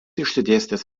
išsidėstęs